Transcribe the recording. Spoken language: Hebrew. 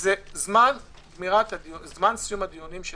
זה זמן סיום הדיונים של